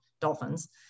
dolphins